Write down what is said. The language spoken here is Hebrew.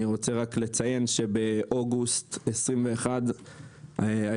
אני רוצה לציין שבאוגוסט 2021 הארגון